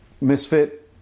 Misfit